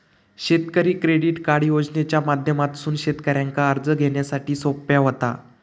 शेतकरी credit card योजनेच्या माध्यमातसून शेतकऱ्यांका कर्ज घेण्यासाठी सोप्या व्हता